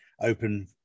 open